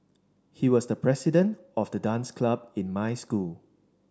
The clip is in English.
he was the president of the dance club in my school